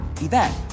event